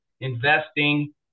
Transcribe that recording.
investing